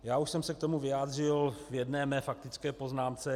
Já už jsem se k tomu vyjádřil v jedné své faktické poznámce.